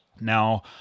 Now